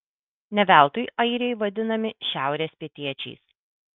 ne veltui airiai vadinami šiaurės pietiečiais